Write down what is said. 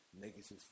negative